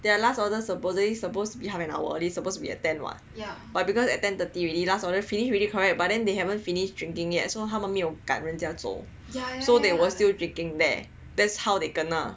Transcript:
their last order supposedly supposed to be half an hour early supposed to be at ten [what] because at ten already last order finish already correct but then they haven't finished drinking yet so 他们没有赶人家走 so they were still drinking there that's how they kena